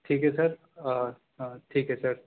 ٹھیک ہے سر ٹھیک ہے سر